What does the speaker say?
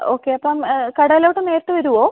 okay അപ്പം കടയിലോട്ട് നേരിട്ട് വരുമോ